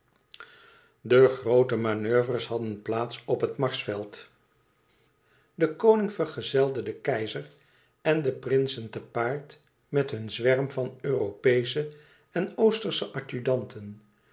de groote manoeuvres hadden plaats op het marsveld de koning vergezelde den keizer en de prinsen te paard met hun zwerm van europeesche en oostersche